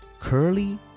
curly